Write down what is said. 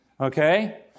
Okay